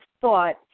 thought